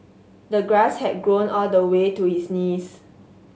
the grass had grown all the way to his knees